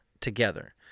together